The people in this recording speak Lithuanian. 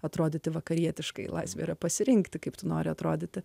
atrodyti vakarietiškai laisvė yra pasirinkti kaip tu nori atrodyti